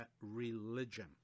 religion